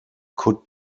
could